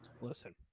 listen